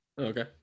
okay